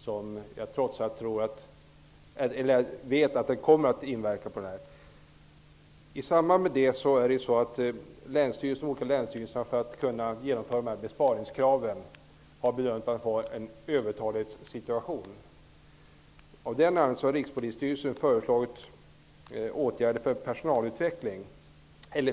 Därför vet jag att denna besparing kommer att påverka den verksamheten. De olika länsstyrelserna har för att kunna genomföra dessa besparingskrav bedömt att det är en övertalighetssituation. Av den anledningen har Rikspolisstyrelsen föreslagit åtgärder för personalavveckling som